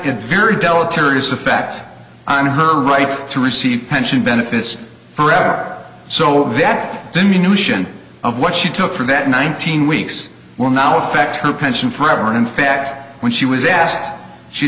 a very deleterious effect on her right to receive pension benefits forever so that diminution of what she took for that nineteen weeks will now affect her pension forever in fact when she was asked she